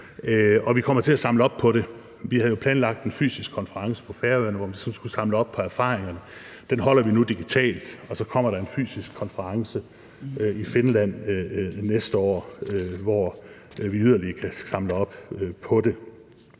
vi kommer til at samle op på det. Vi havde jo planlagt en fysisk konference på Færøerne, hvor vi skulle samle op på erfaringerne – den holder vi nu digitalt. Og så kommer der en fysisk konference i Finland næste år, hvor vi yderligere kan samle op på det.